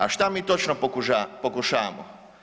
A šta mi točno pokušavamo?